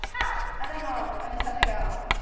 how? i don't know, i just have to go.